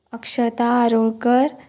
Akshata Arolkar